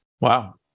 Wow